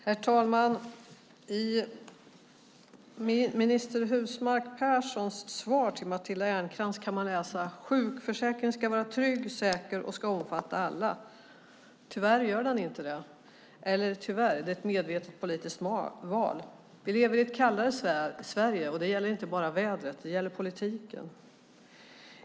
Herr talman! I minister Husmark Pehrssons svar till Matilda Ernkrans kan man läsa att sjukförsäkringen ska vara trygg, säker och omfatta alla. Tyvärr gör den inte det, och det är ett medvetet politiskt val. Vi lever i ett kallare Sverige. Det gäller inte bara vädret utan också politiken.